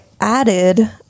added